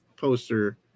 Poster